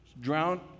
Drown